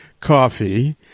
coffee